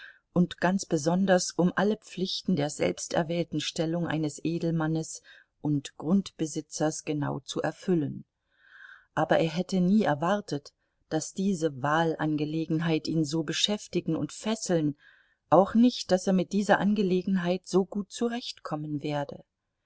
und ganz besonders um alle pflichten der selbsterwählten stellung eines edelmannes und grundbesitzers genau zu erfüllen aber er hätte nie erwartet daß diese wahlangelegenheit ihn so beschäftigen und fesseln auch nicht daß er mit dieser angelegenheit so gut zurechtkommen werde